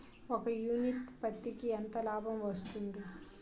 ఒక యూనిట్ పత్తికి ఎంత లాభం వస్తుంది?